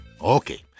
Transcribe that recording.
Okay